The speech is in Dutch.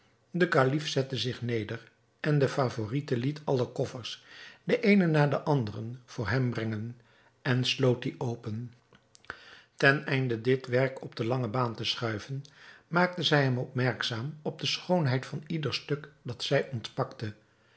de kalif zette zich neder en de favorite liet alle koffers den eenen na den anderen voor hem brengen en sloot die open ten einde dit werk op de lange baan te schuiven maakte zij hem opmerkzaam op de schoonheid van ieder stuk dat zij ontpakte